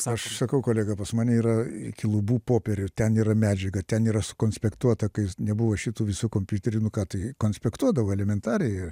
aš sakau kolegą pas mane yra iki lubų popierių ten yra medžiaga ten yra sukonspektuota kai nebuvo šitų visų kompiuterį nu ką tai konspektuodavau elementariai